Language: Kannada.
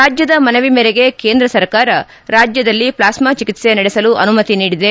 ರಾಜ್ಯದ ಮನವಿ ಮೇರೆಗೆ ಕೇಂದ್ರ ಸರ್ಕಾರ ರಾಜ್ಯದಲ್ಲಿ ಪ್ಲಾಸ್ನಾ ಚಿಕಿತ್ಸೆ ನಡೆಸಲು ಅನುಮತಿ ನೀಡಿದೆ